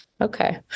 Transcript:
Okay